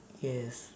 yes